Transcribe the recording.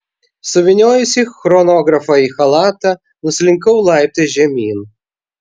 suvyniojusi chronografą į chalatą nuslinkau laiptais žemyn